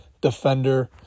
defender